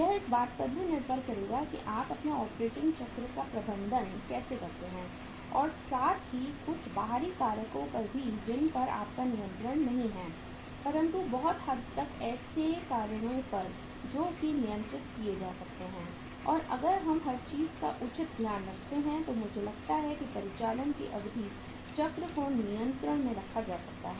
यह इस बात पर निर्भर करेगा कि आप अपने ऑपरेटिंग चक्र का प्रबंधन कैसे करते हैं और साथ ही कुछ बाहरी कारकों पर भी जिन पर आपका नियंत्रण नहीं है परंतु बहुत हद तक ऐसे कारणों पर जो कि नियंत्रित किए जा सकते हैं और अगर हम हर चीज का उचित ध्यान रखते हैं तो मुझे लगता है कि परिचालन की अवधि चक्र को नियंत्रण में रखा जा सकता है